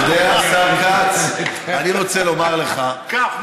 אתה יודע, השר כץ, אני רוצה לומר לך, קח.